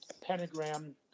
pentagram